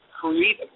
create